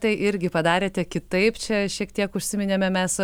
tai irgi padarėte kitaip čia šiek tiek užsiminėme mes